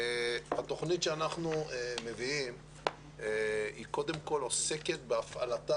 התוכנית שאנחנו מביאים קודם כל עוסקת בהפעלתה